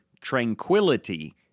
tranquility